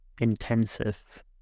intensive